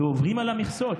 ועוברים על המכסות.